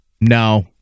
No